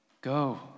Go